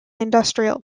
industrial